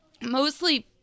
mostly